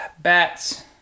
bats